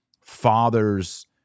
fathers